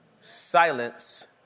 Silence